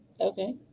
Okay